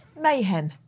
mayhem